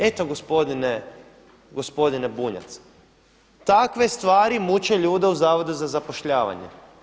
Eto gospodine Bunjac, takve stvari muče ljude u Zavodu za zapošljavanje.